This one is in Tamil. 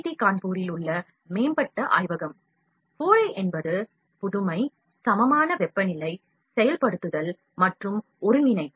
டி கான்பூரில் உள்ள மேம்பட்ட ஆய்வகமாகும் 4i என்பது புதுமை Incubation செயல்படுத்தல் மற்றும் ஒருங்கிணைப்பு